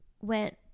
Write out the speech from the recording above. went